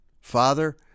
Father